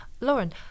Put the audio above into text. Lauren